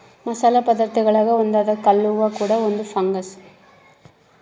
ಮಸಾಲೆ ಪದಾರ್ಥಗುಳಾಗ ಒಂದಾದ ಕಲ್ಲುವ್ವ ಕೂಡ ಒಂದು ಫಂಗಸ್